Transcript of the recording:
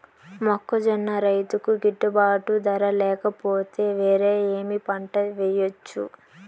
మొక్కజొన్న రైతుకు గిట్టుబాటు ధర లేక పోతే, వేరే ఏమి పంట వెయ్యొచ్చు?